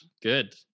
good